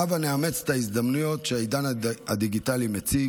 הבה נאמץ את ההזדמנויות שהעידן הדיגיטלי מציג,